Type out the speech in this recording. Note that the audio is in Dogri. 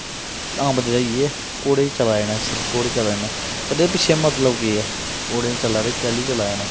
आम बंदे दा इ'यै ऐ कि घोडे़ चला दे न सिर्फ घोडे़ चला दे न पर एह्दे पिच्छे मतलब केह् ऐ घोडे़ चला दे केह्ली चला दे न